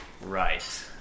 Right